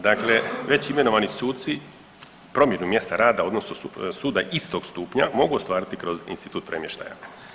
Dakle, već imenovani suci, promjenu mjesta rada odnosno suda istog stupnja mogu ostvariti kroz institut premještaja.